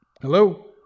Hello